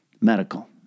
medical